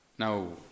Now